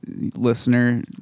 listener